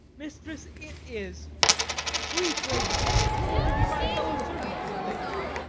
mistress, it is sweet lady, entertain him to be my fellow-servant to your ladyship.